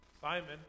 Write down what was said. Simon